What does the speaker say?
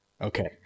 Okay